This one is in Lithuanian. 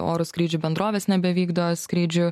oro skrydžių bendrovės nebevykdo skrydžių